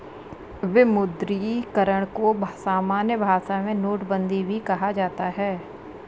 विमुद्रीकरण को सामान्य भाषा में नोटबन्दी भी कहा जाता है